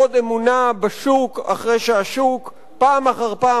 עוד אמונה בשוק אחרי שהשוק פעם אחר פעם,